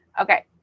Okay